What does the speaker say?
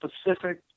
specific